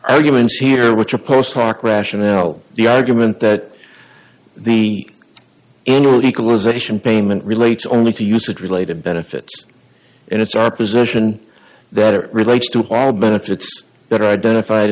humans here which are post talk rationale the argument that the annual equalization payment relates only to usage related benefits and it's our position that it relates to haul benefits that are identified